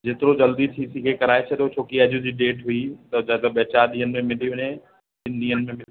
जेतिरो जल्दी थी सघे कराए छॾियो छो की अॼ जी डेट हुई त ज्यादा ॿ चारि ॾींहनि में मिली वञे टिनि ॾींहनि में बि